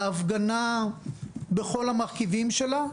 ההפגנה בכל המרכיבים שלה,